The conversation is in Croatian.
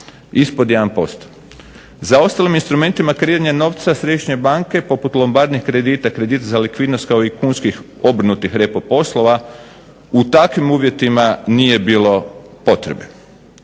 ispod 1%. Za ostalim instrumentima kreiranja novca Središnje banke poput … /Govornik se ne razumije./… kredita, kredit za likvidnost kao i kunskih obrnutih repo poslova u takvim uvjetima nije bilo potrebe.